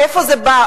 איפה זה בא?